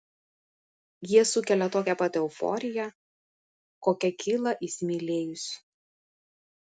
jie sukelia tokią pat euforiją kokia kyla įsimylėjus